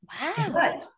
wow